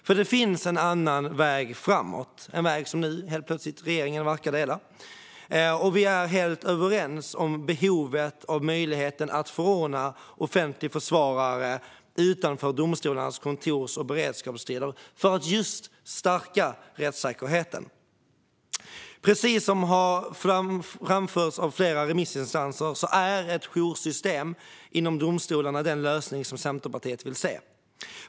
För det finns en annan väg framåt, en väg som regeringen nu helt plötsligt verkar dela. Vi är helt överens om behovet av möjligheten att förordna offentlig försvarare utanför domstolarnas kontors och beredskapstider för att stärka rättssäkerheten. Precis som har framförts av flera remissinstanser är ett joursystem inom domstolarna den lösning som Centerpartiet vill se.